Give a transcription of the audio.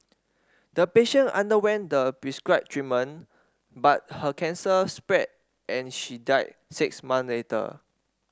the patient underwent the prescribed treatment but her cancer spread and she died six month later